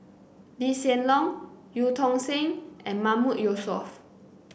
Lee Hsien Loong Eu Tong Sen and Mahmood Yusof